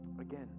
again